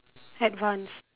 advanced